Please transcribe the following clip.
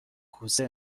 کوسه